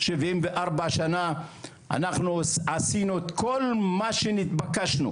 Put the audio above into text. שבעים וארבע שנה אנחנו עשינו את כל מה שנתבקשנו.